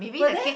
but then